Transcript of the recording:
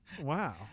wow